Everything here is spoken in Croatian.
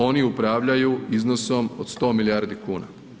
Oni upravljaju iznosom od 100 milijardi kuna.